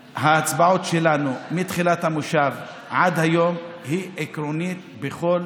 שההצבעות שלנו מתחילת המושב עד היום הן עקרוניות בכל